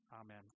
Amen